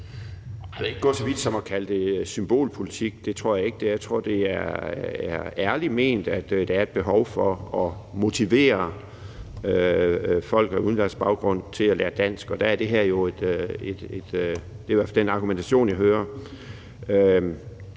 Jeg vil ikke gå så vidt som at kalde det symbolpolitik; det tror jeg ikke det er. Jeg tror, det er ærligt ment, at der er et behov for at motivere folk med udenlandsk baggrund til at lære dansk. Det er i hvert fald den argumentation, jeg hører.